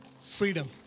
Freedom